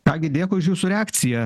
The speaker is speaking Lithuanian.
ką gi dėkui už jūsų reakciją